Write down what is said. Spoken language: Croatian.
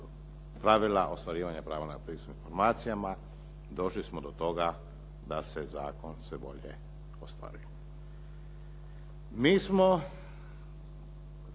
pravila ostvarivanja prava na pristup informacijama. Došli smo do toga da se zakon sve bolje ostvaruje.